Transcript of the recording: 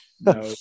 No